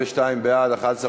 42 בעד, 11 מתנגדים.